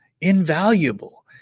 invaluable